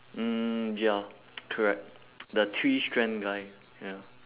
mm ya correct the three strand guy ya